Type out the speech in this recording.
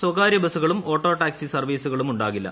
സ്വകാര്യബ്സ്റ്റുകളും auto taxi സർവീസുകളുമുണ്ടാകില്ല